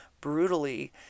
brutally